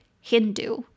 Hindu